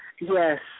Yes